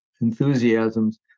enthusiasms